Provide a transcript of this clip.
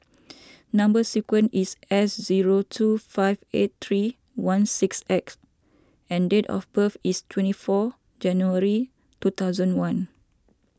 Number Sequence is S zero two five eight three one six X and date of birth is twenty four January two thousand one